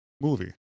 movie